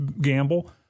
gamble